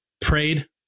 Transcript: prayed